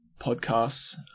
podcasts